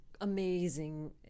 amazing